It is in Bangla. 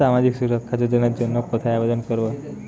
সামাজিক সুরক্ষা যোজনার জন্য কোথায় আবেদন করব?